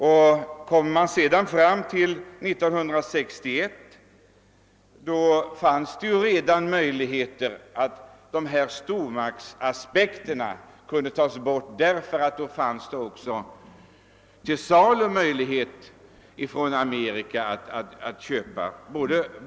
Och längre fram år 1961, fanns det möjligheter att bortse från stormaktsaspekterna, ty då kunde man köpa både reaktorer och annan materiel från Amerika.